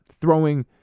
throwing